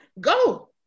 go